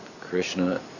Krishna